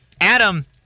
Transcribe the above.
Adam